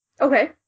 okay